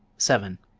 seven.